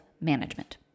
management